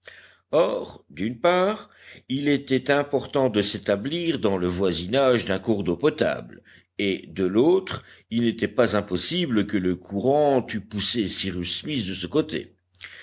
or d'une part il était important de s'établir dans le voisinage d'un cours d'eau potable et de l'autre il n'était pas impossible que le courant eût poussé cyrus smith de ce côté